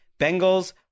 Bengals